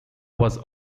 was